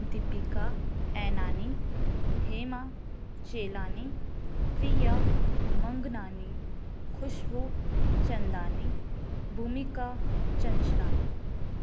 Deepika Ainani Hema Chelani Priya Mangnani Khushboo Chandani Bhumika Chanchlani